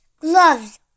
gloves